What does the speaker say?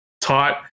taught